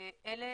אלה